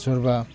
सोरबा